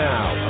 Now